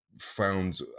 found